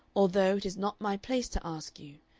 although it is not my place to ask you,